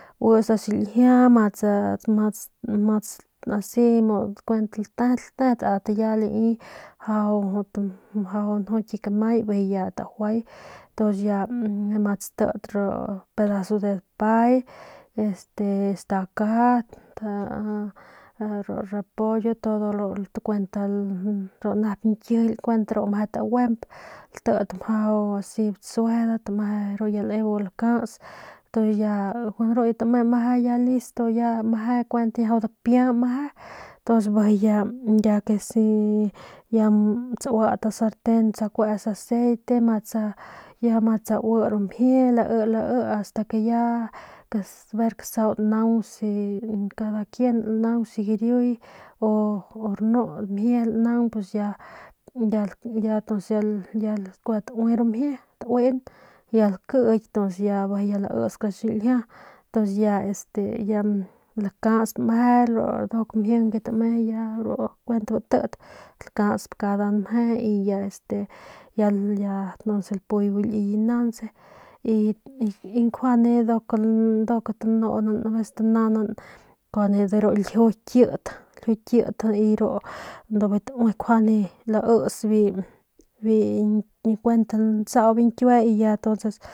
Nda xiljia y mats mats mats asi mu ma ltet ltet mjau jut kamay bijiy ya tajuay ntuns ya ma tsatit ru pedazo de dapay este stakat ru repollo todo ru kuent ru nep nkijily ru meje taguemp latit asi batsuejedat y meje ya bu lakats y tu ru ya tame meje ya listo kuent ya meje dipia meje tuns meje ya tsauat nda sarten tsakuets aceite y ya ma tsaui ru mjie lai lai ast ke ya ksau naung kada quien naung si guiriuy u rnu mjie naung y tuns ya ya kuajau taui ru mjie tauin ya lakiiky ntuns ya laits kara xiljia ntuns este ya lakats meje ru nduk mjing ke tam e ya ru kuent batit lakasp kda mje ya este y ya lapuye bu liye nauntse y nkjuande nduk tanunan aveces tanaunang kun de ru ljiu kit ndu bijiy taui nkjuande laits kuent lantsau biu ñkiue ya entonces.